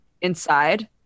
Inside